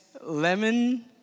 lemon